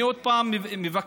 אני עוד פעם מבקש,